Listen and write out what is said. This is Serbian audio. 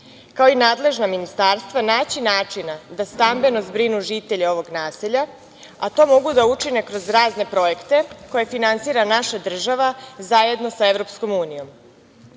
kao i nadležna ministarstva naći način da stambeno zbrinu žitelje ovog naselja, a to mogu da učine kroz razne projekte koje finansira naša država zajedno sa EU.Sveukupni